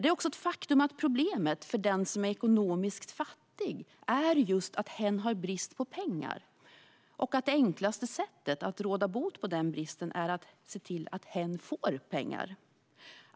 Det är också ett faktum att problemet för den som är ekonomiskt fattig är att hen har brist på pengar och att det enklaste sättet att råda bot på den bristen är att se till att hen får pengar.